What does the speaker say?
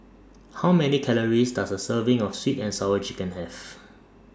How Many Calories Does A Serving of Sweet and Sour Chicken Have